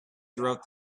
throughout